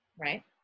right